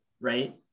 right